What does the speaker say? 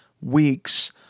weeks